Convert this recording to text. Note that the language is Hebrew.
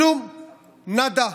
כלום, נאדה.